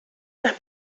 las